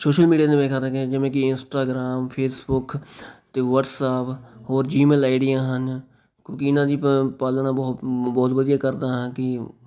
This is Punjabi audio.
ਸ਼ੋਸ਼ਲ ਮੀਡੀਆ 'ਤੇ ਮੇਰੇ ਖਿਆਲ ਨਾਲ ਕਿ ਜਿਵੇਂ ਕਿ ਇੰਸਟਾਗ੍ਰਾਮ ਫੇਸਬੁੱਕ ਅਤੇ ਵਟਸਐਪ ਹੋਰ ਜੀਮੇਲ ਆਈਡੀਆਂ ਹਨ ਕਿਉਂਕਿ ਇਨ੍ਹਾਂ ਦੀ ਪ ਪਾਲਣਾ ਬਹੁ ਬਹੁਤ ਵਧੀਆ ਕਰਦਾ ਹਾਂ ਕਿ